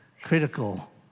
critical